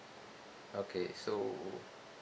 okay so